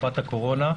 בתקופת הקורונה,